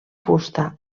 fusta